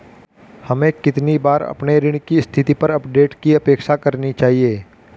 हमें कितनी बार अपने ऋण की स्थिति पर अपडेट की अपेक्षा करनी चाहिए?